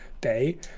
day